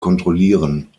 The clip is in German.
kontrollieren